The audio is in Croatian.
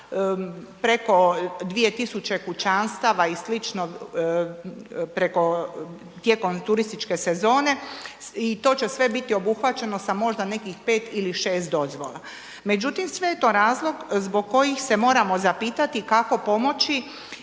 preko 2 tisuće kućanstava i sl., preko tijekom turističke sezone i to će sve biti obuhvaćeno sa možda nekih 5 ili 6 dozvola. Međutim, sve je to razlog zbog kojih se moramo zapitati kako pomoći